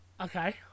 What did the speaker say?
Okay